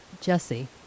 Jesse